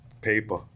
paper